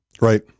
right